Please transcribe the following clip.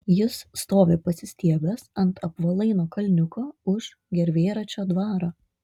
jis stovi pasistiebęs ant apvalaino kalniuko už gervėračio dvaro